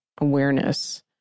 awareness